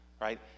right